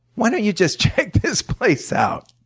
why don't you just check this place out?